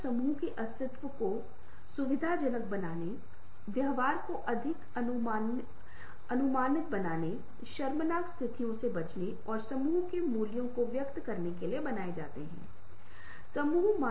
इसलिए जब लहरें चट्टानों के पार जाती हैं तो वे चारों ओर फैल जाती हैं और वे बार बार ऐसा करती रहती हैं और यह एक ऐसी चीज है जिसे हम इस विशेष एनीमेशन को देखते समय व्यक्त करने में सक्षम होते हैं पतझड को या इसे फिर बेखेगे